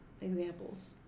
examples